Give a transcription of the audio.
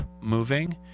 moving